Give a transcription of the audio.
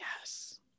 Yes